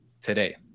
today